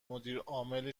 مدیرعامل